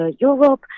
europe